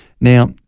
Now